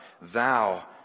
thou